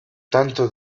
tanto